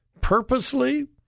Purposely